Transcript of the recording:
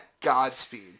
Godspeed